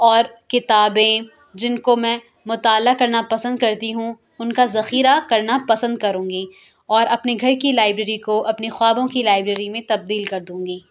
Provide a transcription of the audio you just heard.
اور کتابیں جن کو میں مطالعہ کرنا پسند کرتی ہوں ان کا ذخیرہ کرنا پسند کروں گی اور اپنے گھر کی لائبریری کو اپنے خوابوں کی لائبریری میں تبدیل کردوں گی